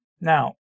Now